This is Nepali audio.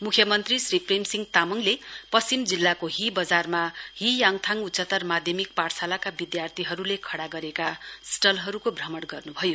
मुख्यमन्त्री श्री प्रेम सिंह तामङले पश्चिम जिल्लाको ही वजारमा हीयाङथाङ उच्चतर माध्यमिक पाठशालाका विद्यार्थीहरुले खड़ा गरेका स्टलहरुको भ्रमण गर्नुभयो